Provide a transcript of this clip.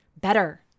better